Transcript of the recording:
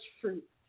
fruit